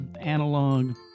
analog